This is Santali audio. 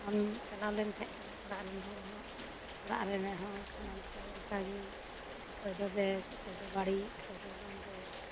ᱟᱢᱮᱢ ᱪᱟᱞᱟᱣ ᱞᱮᱱᱠᱷᱟᱱ ᱫᱚ ᱚᱲᱟᱜ ᱨᱮᱱ ᱦᱚᱲ ᱦᱚᱸ ᱚᱲᱟᱜ ᱨᱮᱱ ᱦᱚᱸ ᱥᱟᱱᱟᱢ ᱠᱚ ᱚᱱᱠᱟᱜᱮ ᱚᱠᱚᱭ ᱫᱚ ᱵᱮᱥ ᱚᱠᱚᱭ ᱫᱚ ᱵᱟᱹᱲᱤᱡ ᱚᱠᱚᱭ ᱫᱚ ᱵᱟᱝ ᱵᱮᱥ